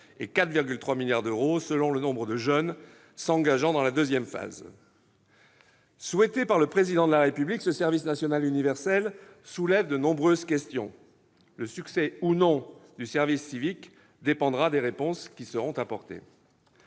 et 4,3 milliards d'euros selon le nombre de jeunes s'engageant dans la deuxième phase. Souhaité par le Président de la République, ce service national universel soulève de nombreuses questions. Le succès du service civique dépendra des réponses qui seront apportées.